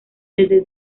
desde